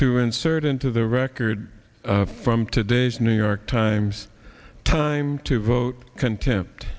to insert into the record from today's new york times time to vote contempt